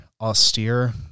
austere